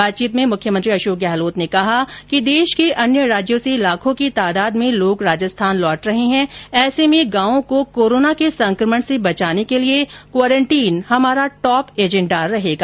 बातचीत में मुख्यमंत्री अशोक गहलोत ने कहा कि देश के अन्य राज्यों से लाखों की तादाद में लोग राजस्थान लौट रहे हैं ऐसे में गांवों को कोरोना के संक्रमण से बचाने के लिए क्वारेंटीन हमारा टॉप एजेंडा रहेगा